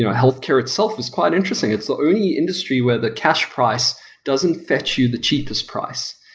healthcare itself is quite interesting. it's the only industry where the cash prize doesn't fetch you the cheapest price.